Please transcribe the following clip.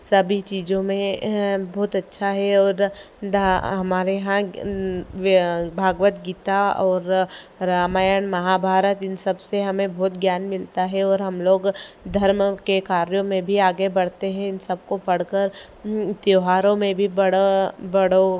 सभी चीज़ों में बहुत अच्छा है और हमारे यहाँ भागवत गीता और रामायण महाभारत इन सबसे हमें बहुत ज्ञान मिलता है और हम लोग धर्म के कार्यों में भी आगे बढ़ते हैं इन सबको पढ़कर त्योहारों में भी बड़ा बड़ो